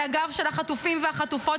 על הגב של החטופים והחטופות,